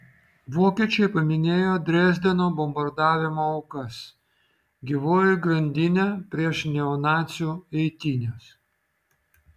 vokiečiai paminėjo dresdeno bombardavimo aukas gyvoji grandinė prieš neonacių eitynes